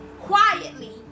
quietly